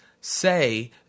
say